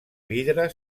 vidre